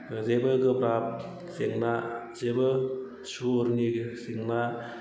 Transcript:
जेबो गोब्राब जेंना जेबो सुरनि जेंना